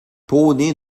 poney